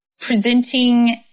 presenting